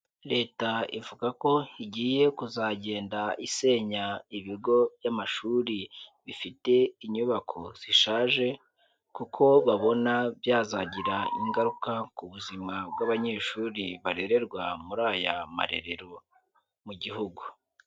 Leta ivuga ko igiye kuzagenda isenya ibigo by'amashuri, bifite inyubako zishaje kuko babona byazagira ingaruka ku buzima bw'abanyeshuri barererwa muri aya marerero mu gihugu.